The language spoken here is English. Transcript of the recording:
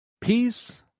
peace